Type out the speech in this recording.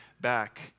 back